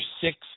six